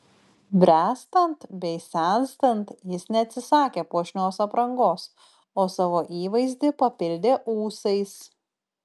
bręstant bei senstant jis neatsisakė puošnios aprangos o savo įvaizdį papildė ūsais